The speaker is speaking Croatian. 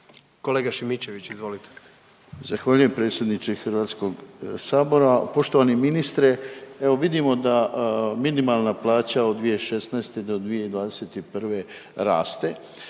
**Šimičević, Rade (HDZ)** Zahvaljujem predsjedniče HS-a, poštovani ministre, evo, vidimo da minimalna plaća od 2016. do 2021. raste